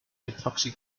epoxy